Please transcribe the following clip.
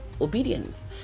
obedience